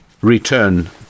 return